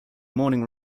morning